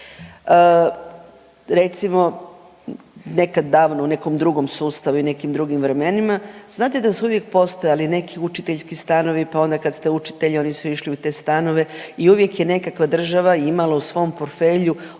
Recimo nekad davno u nekom drugom sustavu i nekim drugim vremenima znate da su uvijek postojali neki učiteljski stanovi pa onda kad ste učitelj oni su išli u te stanove i uvijek je nekako država imala u svom portfelju